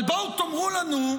אבל בואו תאמרו לנו,